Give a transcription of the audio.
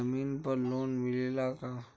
जमीन पर लोन मिलेला का?